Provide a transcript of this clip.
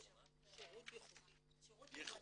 מדור שירות ייחודי קם לפני כמעט